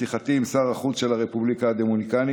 בשיחתי עם שר החוץ של הרפובליקה הדומיניקנית,